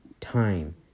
time